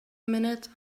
minute